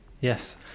yes